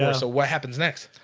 ah so what happens next?